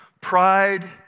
Pride